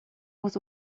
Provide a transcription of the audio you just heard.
was